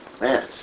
Man